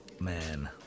Man